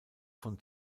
von